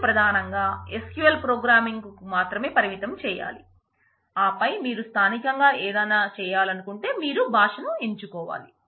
మీరు ప్రధానంగా SQL ప్రోగ్రామింగ్కు మాత్రమే పరిమితం చేయాలి ఆపై మీరు స్థానికంగా ఏదైనా చేయాలనుకుంటే మీరు భాషను ఎంచుకోవాలి